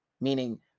Meaning